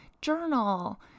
journal